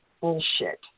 bullshit